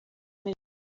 més